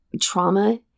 Trauma